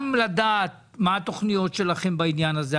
גם לדעת מה התוכניות שלכם בעניין הזה.